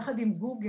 יחד עם google,